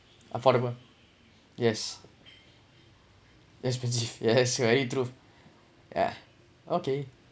affordable yes expensive yes very true yeah okay